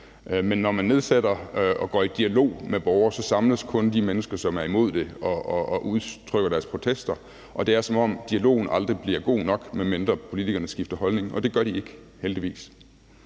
men når man går i dialog med borgere, samles kun de mennesker, som er imod det, og udtrykker deres protester, og det er, som om dialogen aldrig bliver god nok, medmindre politikerne skifter holdning, og det gør de ikke, heldigvis.